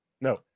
No